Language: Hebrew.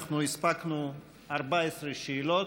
אנחנו הספקנו 14 שאלות.